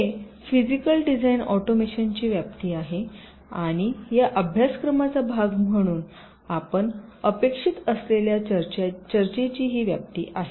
हे physical design ऑटोमेशनची व्याप्ती आहे आणि या अभ्यासक्रमाचा भाग म्हणून आपण अपेक्षित असलेल्या चर्चेची ही व्याप्ती आहे